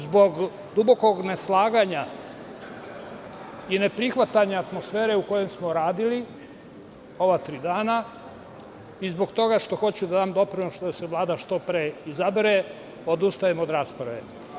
Zbog dubokog neslaganja i neprihvatanja atmosfere u kojoj smo radili ova tri dana i zbog toga što hoću da dam doprinos da se Vlada što pre izabere, odustajem od rasprave.